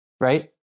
right